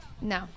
No